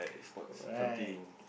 right